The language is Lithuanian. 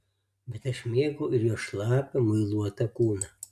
bet aš mėgau ir jos šlapią muiluotą kūną